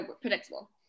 predictable